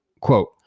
quote